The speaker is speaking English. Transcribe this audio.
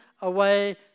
away